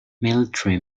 military